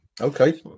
Okay